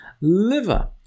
liver